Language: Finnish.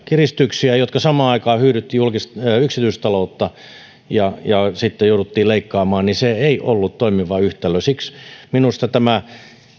kiristyksiä jotka samaan aikaan hyydyttivät yksityistä taloutta ja sitten jouduimme leikkaamaan niin se ei ollut toimiva yhtälö siksi minusta tämä